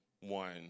one